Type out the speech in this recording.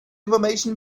information